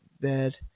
bed